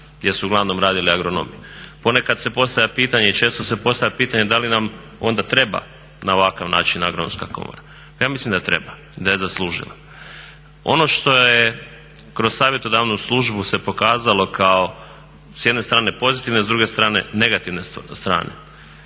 jer su uglavnom radili agronomi. Ponekad se postavlja i često se postavlja pitanje da li nam onda treba na ovakav način Agronomska komora. Ja mislim da treba, da je zaslužila. Ono što je kroz savjetodavnu službu se pokazalo kao s jedne strane pozitivne, s druge strane negativne strane.